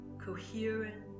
coherent